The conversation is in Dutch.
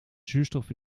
zuurstof